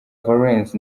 valens